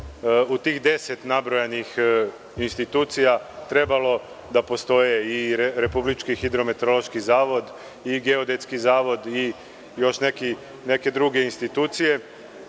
u tih deset nabrojanih institucija trebalo da postoje i Republički hidrometeorološki zavod i Geodetski zavod i još neke druge institucije. Mi